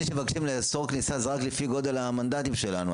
שמבקשים לאסור כניסה לפי גודל המנדטים שלנו,